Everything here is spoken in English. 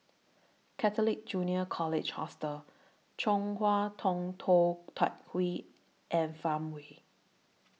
Catholic Junior College Hostel Chong Hua Tong Tou Teck Hwee and Farmway